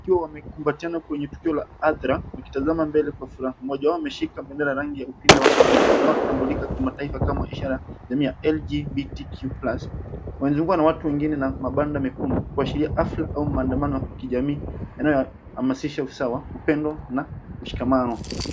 Wakiwa wamekumbatiana kwenye tukio la hadhara wakitazama mbele kwa furaha. Mmoja wao ameshika bendera ya rangi ya upinde wa mvua inayotambulika kimataifa kama ishara ya LGBTQ plus . Wanazungukwa na watu wengine na mabanda mekundu kuashiria afya au maandamano ya kijamii yanayohamasisha usawa, upendo na mshikamano.